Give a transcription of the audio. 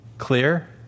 clear